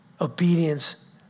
obedience